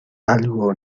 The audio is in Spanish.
algo